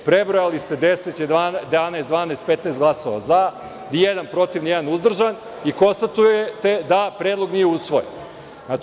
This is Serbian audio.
Prebrojali ste 10,11, 12 i 15 glasova za, nijedan protiv, nijedan uzdržan i konstatovali ste da predlog nije usvojen.